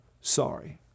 sorry